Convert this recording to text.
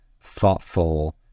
thoughtful